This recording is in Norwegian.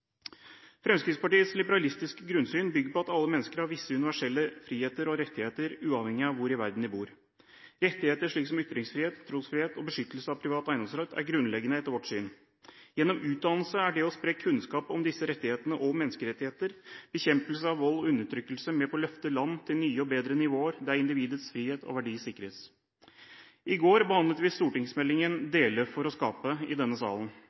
Fremskrittspartiets liberalistiske grunnsyn bygger på at alle mennesker har visse universelle friheter og rettigheter uavhengig av hvor i verden de bor. Rettigheter som ytringsfrihet, trosfrihet og beskyttelse av privat eiendomsrett er grunnleggende etter vårt syn. Gjennom utdannelse er det å spre kunnskap om disse rettighetene og menneskerettigheter, bekjempelse av vold og undertrykkelse med på å løfte land til nye og bedre nivåer der individets frihet og verdi sikres. I går behandlet vi stortingsmeldingen Dele for å skape i denne salen.